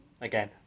Again